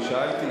אני שאלתי,